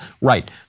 Right